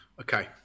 okay